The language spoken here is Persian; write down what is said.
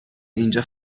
اینجا